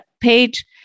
page